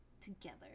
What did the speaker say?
together